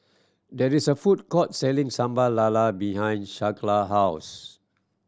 there is a food court selling Sambal Lala behind Skyla house